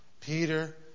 Peter